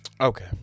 Okay